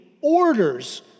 orders